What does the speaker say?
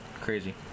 crazy